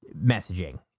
messaging